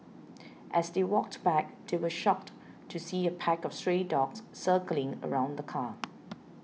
as they walked back they were shocked to see a pack of stray dogs circling around the car